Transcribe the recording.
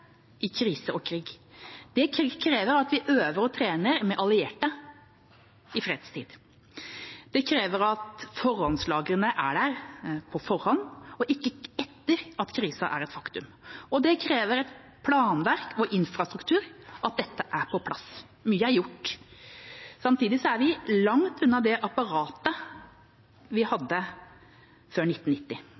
i krise og krig. Det krever at vi øver og trener med allierte i fredstid. Det krever at forhåndslagrene er der på forhånd, ikke etter at krisen er et faktum. Det krever at planverk og infrastruktur er på plass. Mye er gjort. Samtidig er vi langt unna det apparatet vi hadde før 1990.